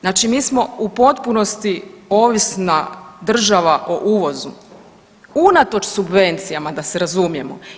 Znači mi smo u potpunosti ovisna država o uvozu unatoč subvencijama da se razumijemo.